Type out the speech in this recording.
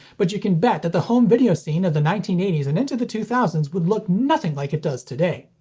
but you can bet that the home video scene of the nineteen eighty s and into the two would look nothing like it does today.